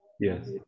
Yes